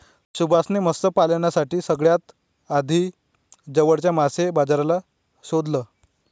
सुभाष ने मत्स्य पालनासाठी सगळ्यात आधी जवळच्या मासे बाजाराला शोधलं